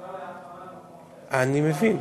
להטמנה למקום אחר, אני מבין.